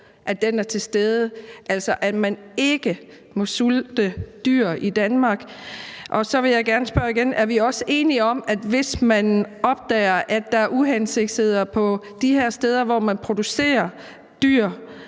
behov, er til stede – altså, at man ikke må sulte dyr i Danmark? Så vil jeg også spørge: Er vi også enige om, at hvis man opdager, at der er uhensigtsmæssigheder de her steder, hvor man producerer dyr,